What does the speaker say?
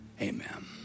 amen